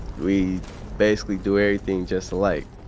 we basically do everything just alike.